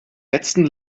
letzten